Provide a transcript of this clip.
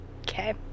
Okay